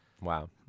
Wow